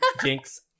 Jinx